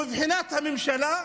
מבחינת הממשלה,